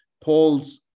Paul's